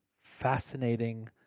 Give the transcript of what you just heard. fascinating